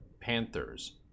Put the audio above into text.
Panthers